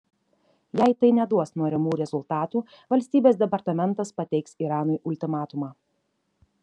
jei tai neduos norimų rezultatų valstybės departamentas pateiks iranui ultimatumą